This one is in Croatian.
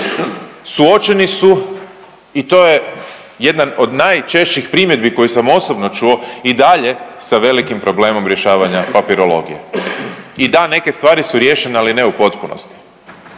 suočeni su i to je jedan od najčešćih primjedbi koju sam osobno čuo i dalje sa velikim problemom rješavanja papirologije. I da, neke stvari su riješene, ali ne u potpunosti.